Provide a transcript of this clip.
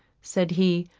said he,